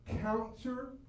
counter